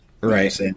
Right